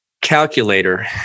calculator